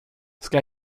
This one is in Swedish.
ska